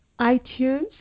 iTunes